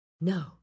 No